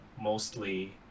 mostly